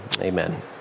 Amen